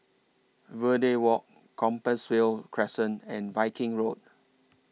Verde Walk Compassvale Crescent and Viking Road